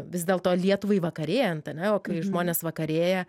vis dėlto lietuvai vakarėjant ane o kai žmonės vakarėja